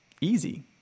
easy